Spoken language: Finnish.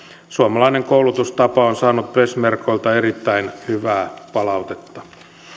suomalainen koulutustapa on saanut peshmergoilta erittäin hyvää palautetta